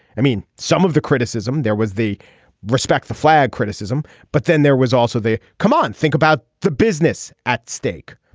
i mean some of the criticism there was the respect the flag criticism. but then there was also the come on. think about the business at stake.